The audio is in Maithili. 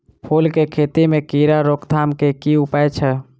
फूल केँ खेती मे कीड़ा रोकथाम केँ की उपाय छै?